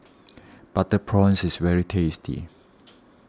Butter Prawns is very tasty